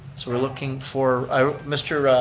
so we're looking for, ah mr.